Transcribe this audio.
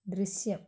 ദൃശ്യം